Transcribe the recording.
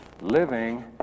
living